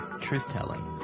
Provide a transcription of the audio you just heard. truth-telling